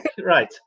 Right